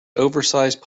oversized